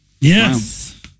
Yes